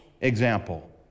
example